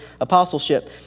apostleship